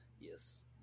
Yes